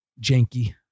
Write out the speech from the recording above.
janky